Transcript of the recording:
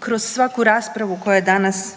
Kroz svaku raspravu koja je danas